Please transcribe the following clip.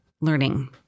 learning